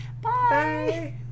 Bye